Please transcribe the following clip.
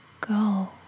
go